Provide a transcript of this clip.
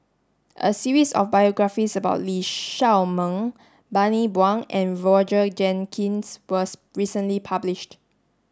a series of biographies about Lee Shao Meng Bani Buang and Roger Jenkins was recently published